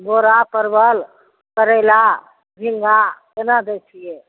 बोरा परवल करैला झिङ्गा केना दै छियै